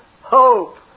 hope